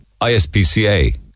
ISPCA